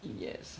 yes